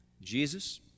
Jesus